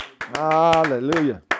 Hallelujah